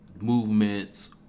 movements